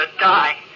die